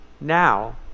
now